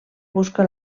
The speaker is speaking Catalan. busca